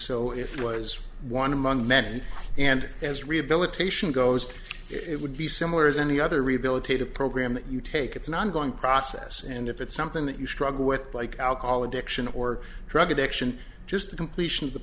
so it was one among many and as rehabilitation goes it would be similar as any other rehabilitative program that you take it's an ongoing process and if it's something that you struggle with like alcohol addiction or drug addiction just the completion of the